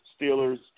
Steelers